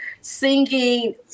singing